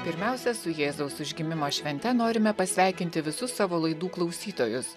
pirmiausia su jėzaus užgimimo švente norime pasveikinti visus savo laidų klausytojus